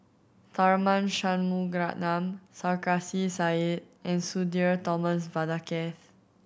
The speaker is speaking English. Tharman Shanmugaratnam Sarkasi Said and Sudhir Thomas Vadaketh